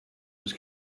was